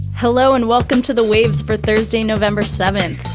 hello and welcome to the waves for thursday november seven.